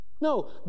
No